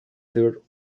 third